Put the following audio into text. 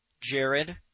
Jared